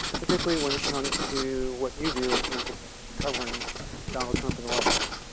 particularly when it comes to what you do in terms of covering donald trump in the white house.